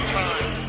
time